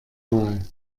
mal